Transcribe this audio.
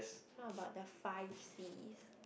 how about the five Cs